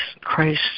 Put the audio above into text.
Christ